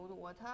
water